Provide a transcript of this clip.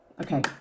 Okay